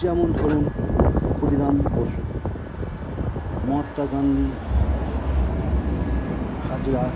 যেমন ধরুন ক্ষুদিরাম বসু মহাত্মা গান্ধী হাজরা